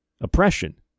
oppression